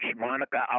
Monica